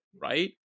right